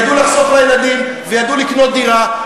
ידעו לחסוך לילדים וידעו לקנות דירה,